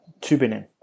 Tubingen